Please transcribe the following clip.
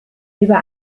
über